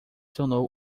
tornou